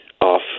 off